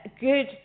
good